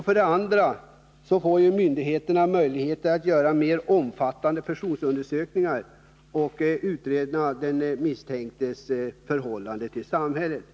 För det andra får myndigheterna möjligheter att göra mer omfattande personundersökningar och utröna den misstänktes förhållande till samhället.